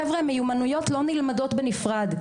חבר'ה, מיומנויות לא נלמדות בנפרד.